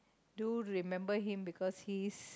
do remember him because he is